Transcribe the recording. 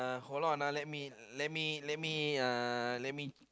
hold on uh let me let me let me uh let me